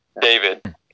David